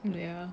ya